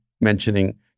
mentioning